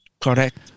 Correct